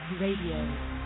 Radio